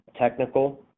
technical